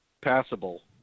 passable